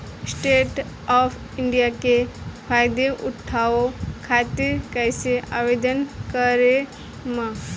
Stand up India के फाइदा उठाओ खातिर कईसे आवेदन करेम?